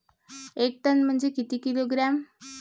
एक टन म्हनजे किती किलोग्रॅम?